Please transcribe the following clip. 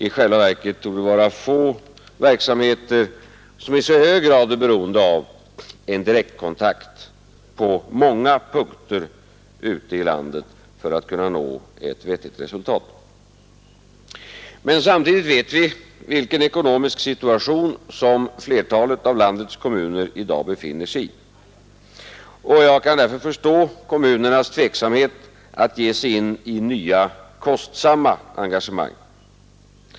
I själva verket torde det vara få verksamheter som i så hög grad är beroende av många kontaktpunkter ute i landet för att kunna nå ett vettigt resultat. Samtidigt vet vi vilken ekonomisk situation som flertalet av landets kommuner i dag befinner sig i. Jag kan därför förstå kommunernas tveksamhet att ge sig in i nya kostsamma engagemang.